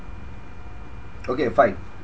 okay fine